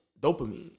dopamine